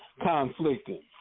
conflicting